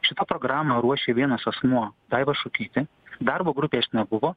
šitą programą ruošė vienas asmuo daiva šukytė darbo grupės nebuvo